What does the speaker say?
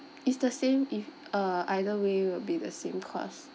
it's the same if uh either way will be the same cost